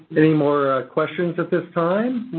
more ah questions at this time?